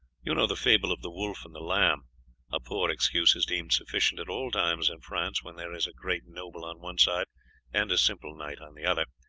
you know the fable of the wolf and the lamb a poor excuse is deemed sufficient at all times in france when there is a great noble on one side and a simple knight on the other,